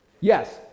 Yes